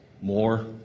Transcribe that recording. More